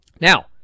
now